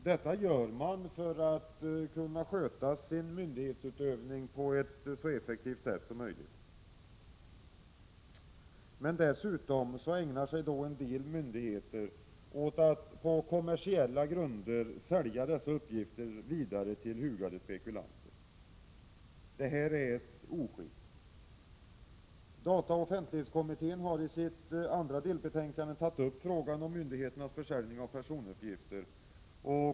Detta gör man för att kunna sköta sin myndighetsutövning på ett så effektivt sätt som möjligt. Men dessutom ägnar sig en del myndigheter åt att på kommersiella grunder sälja dessa uppgifter vidare till hugade spekulanter. Det är ett oskick. Dataoch offentlighetskommittén har i sitt andra delbetänkande tagit upp frågan om myndigheternas försäljning av personuppgifter.